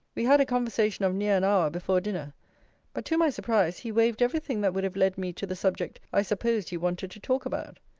we had a conversation of near an hour before dinner but, to my surprise, he waved every thing that would have led me to the subject i supposed he wanted to talk about.